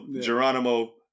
Geronimo